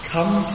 come